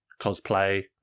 cosplay